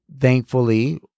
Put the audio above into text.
thankfully